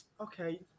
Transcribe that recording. Okay